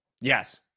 Yes